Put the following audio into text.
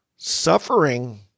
suffering